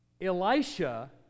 Elisha